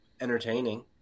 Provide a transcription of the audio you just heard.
entertaining